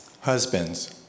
Husbands